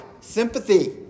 sympathy